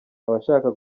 abashaka